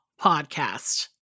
podcast